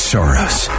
Soros